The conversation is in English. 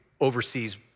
oversees